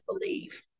believe